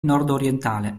nordorientale